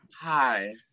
Hi